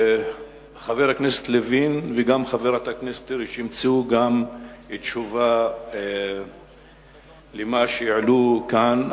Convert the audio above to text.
חבר הכנסת לוין וחברת הכנסת תירוש ימצאו גם תשובה למה שהם העלו כאן.